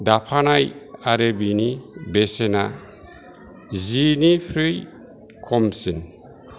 दाफानाय आरो बिनि बेसेना जिनिख्रुइ खमसिन